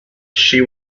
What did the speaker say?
she